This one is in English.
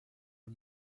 are